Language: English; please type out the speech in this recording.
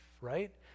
right